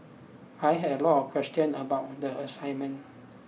I had a lot of questions about the assignment